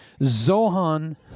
Zohan